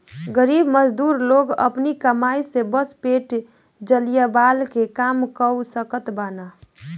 गरीब मजदूर लोग अपनी कमाई से बस पेट जियवला के काम कअ सकत बानअ